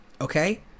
okay